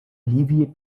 alleviate